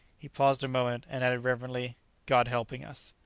he paused a moment and added reverently god helping us.